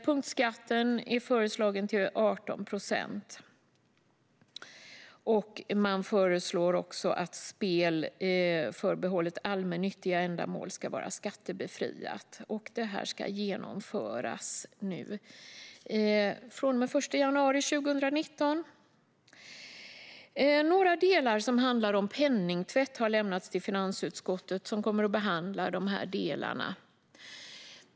Punktskatten föreslås bli 18 procent. Spel förbehållet allmännyttiga ändamål föreslås vara skattebefriat. Detta ska genomföras från och med den 1 januari 2019. Några delar som handlar om penningtvätt har lämnats till finansutskottet, som kommer att behandla dessa.